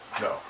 No